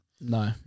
No